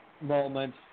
Moment